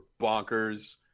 bonkers